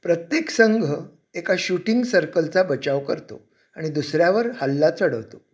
प्रत्येक संघ एका शूटिंग सर्कलचा बचाव करतो आणि दुसऱ्यावर हल्ला चढवतो